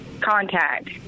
contact